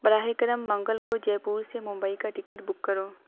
براہِ کرم منگل کو جے پور سے ممبئی کا ٹکٹ بک کرو